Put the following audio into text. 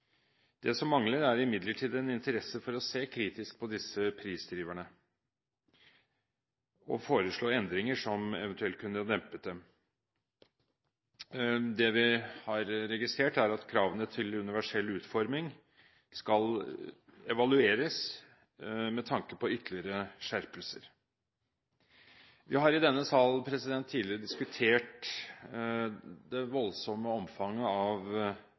Det som mangler, er imidlertid en interesse for å se kritisk på disse prisdriverne og foreslå endringer som eventuelt kunne dempet dem. Det vi har registrert, er at kravene til universell utforming skal evalueres med tanke på ytterligere skjerpelser. Vi har i denne sal tidligere diskutert det voldsomme omfanget av